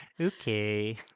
okay